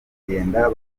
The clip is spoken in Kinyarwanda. kugenda